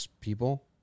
people